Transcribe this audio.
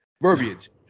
verbiage